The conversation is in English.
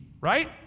right